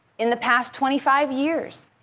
in the past twenty five years.